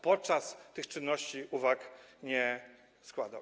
Podczas tych czynności uwag nie składał.